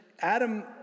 Adam